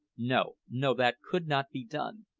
no, no that could not be done.